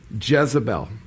Jezebel